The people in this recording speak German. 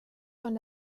von